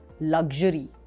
luxury